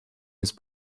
his